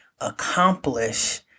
accomplish